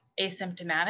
asymptomatic